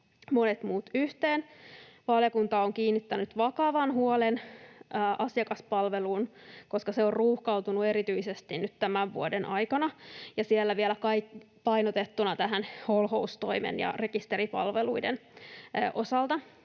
monet muut yhteen. Valiokunta on kiinnittänyt vakavaa huolta asiakaspalveluun, koska se on ruuhkautunut erityisesti tämän vuoden aikana ja vielä kai painotettuna holhoustoimen ja rekisteripalveluiden osalta.